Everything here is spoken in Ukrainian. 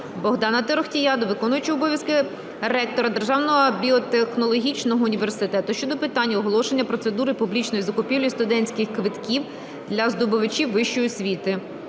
Богдана Торохтія до виконуючого обов'язки ректора Державного біотехнологічного університету щодо питань оголошення процедури публічної закупівлі студентських квитків для здобувачів вищої освіти.